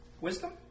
Wisdom